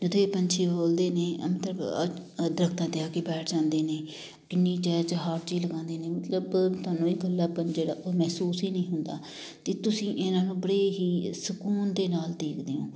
ਜਦੋਂ ਇਹ ਪੰਛੀ ਬੋਲਦੇ ਨੇ ਅੰਤਰ ਅ ਦਰੱਖਤਾਂ 'ਤੇ ਆ ਕੇ ਬੈਠ ਜਾਂਦੇ ਨੇ ਕਿੰਨੀ ਚਹਿਚਹਾਹਟ ਜਿਹੀ ਲਗਾਉਂਦੇ ਨੇ ਮਤਲਬ ਤੁਹਾਨੂੰ ਇਹ ਇਕੱਲਾਪਨ ਜਿਹੜਾ ਉਹ ਮਹਿਸੂਸ ਹੀ ਨਹੀਂ ਹੁੰਦਾ ਅਤੇ ਤੁਸੀਂ ਇਹਨਾਂ ਨੂੰ ਬੜੇ ਹੀ ਸਕੂਨ ਦੇ ਨਾਲ ਦੇਖਦੇ ਹੋ